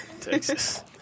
Texas